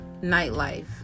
nightlife